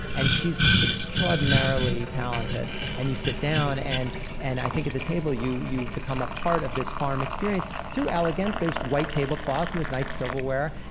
and she's extraordinarily talented. and you sit down and and i think at the table you you become a part of this farm experience through elegance. there's white tablecloths and there's nice silverware,